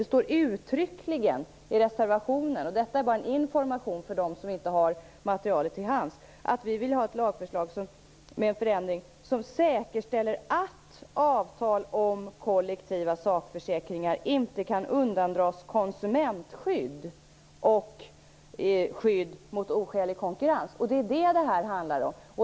Det står uttryckligen i reservationen - som en information för dem som inte har materialet till hands - att vi vill ha ett lagförslag med en förändring som säkerställer att avtal om kollektiva sakförsäkringar inte kan undandras konsumentskydd och skydd mot oskälig konkurrens. Det är det som det här handlar om.